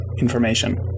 information